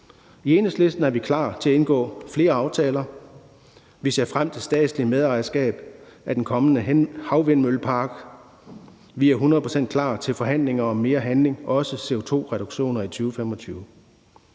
I Enhedslisten er vi klar til at indgå flere aftaler. Vi ser frem til statsligt medejerskab af den kommende havvindmøllepark, og vi er hundrede procent klar til forhandlinger om mere handling, også CO2-reduktioner i 2025.